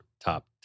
top